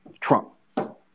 Trump